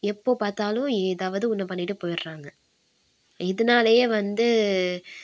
எப்போது பார்த்தாலும் ஏதாவது ஒன்றை பண்ணிட்டு போயிடுறாங்க இதனாலயே வந்து